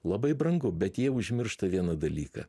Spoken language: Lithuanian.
labai brangu bet jie užmiršta vieną dalyką